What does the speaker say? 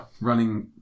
running